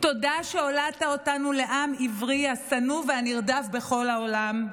תודה שהולדת אותנו לעם העברי השנוא והנרדף בכל העולם.